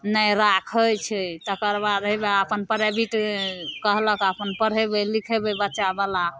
नहि राखै छै तकर बाद हेबे अपन प्राइवेट कहलक अपन पढ़ेबै लिखेबै बच्चावला